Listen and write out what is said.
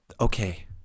Okay